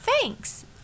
Thanks